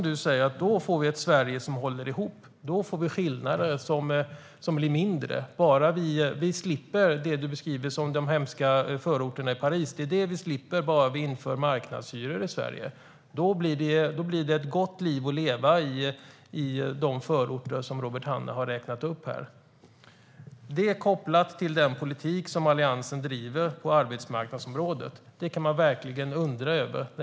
Du säger att då får vi ett Sverige som håller ihop. Då får vi skillnader som blir mindre, bara vi slipper det du beskriver som de hemska förorterna i Paris. De slipper vi om vi bara inför marknadshyror i Sverige. Då blir det ett gott liv att leva i de förorter som Robert Hannah har räknat upp här. Man kan koppla det till den politik som Alliansen driver på arbetsmarknadsområdet. Den kan man verkligen undra över.